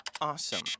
awesome